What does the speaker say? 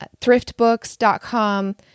thriftbooks.com